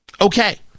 Okay